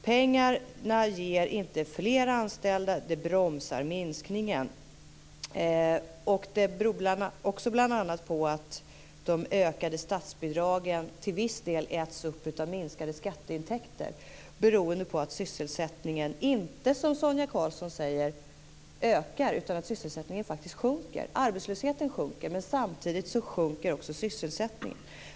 Pengarna ger inte fler anställda; de bromsar minskningen. Det beror bl.a. på att de ökade statsbidragen till viss del äts upp av minskade skatteintäkter, något som i sin tur beror på att sysselsättningen inte ökar som Sonia Karlsson säger utan faktiskt sjunker. Arbetslösheten sjunker, men samtidigt sjunker också sysselsättningen.